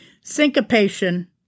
syncopation